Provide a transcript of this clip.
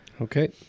Okay